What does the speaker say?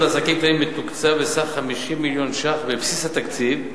לעסקים קטנים מתוקצב בסך 50 מיליון שקל בבסיס התקציב,